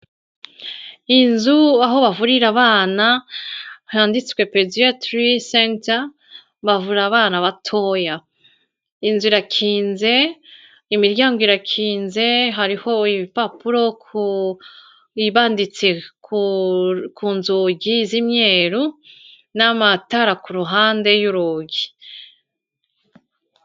Iyi nzu aho bavurira abana handitswe pediyatiri senta bavura abana batoya, inzu irakinze, imiryango irakinze hariho ibipapuro ku ibanditse ku nzugi z'imyeru n'amatara ku ruhande y'urugi.